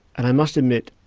and i must admit,